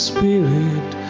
Spirit